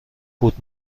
بود